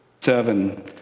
seven